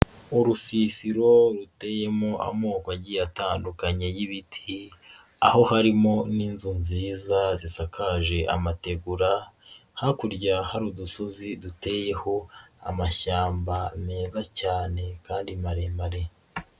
Urusisiro ruteyemo amoko agiye atandukanye y'ibiti aho harimo n'inzu nziza zisakaje amategura, hakurya hari udusozi duteyeho amashyamba meza cyane kandi maremare.